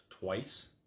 twice